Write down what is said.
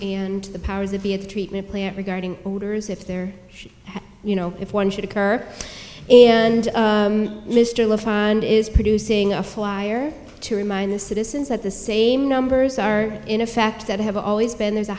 and the powers that be a treatment plant regarding borders if there you know if one should occur and mr lafond is producing a flyer to remind the citizens that the same numbers are in effect that have always been